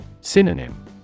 Synonym